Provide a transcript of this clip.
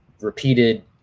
repeated